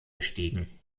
bestiegen